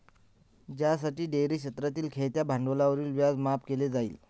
ज्यासाठी डेअरी क्षेत्रातील खेळत्या भांडवलावरील व्याज माफ केले जाईल